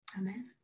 Amen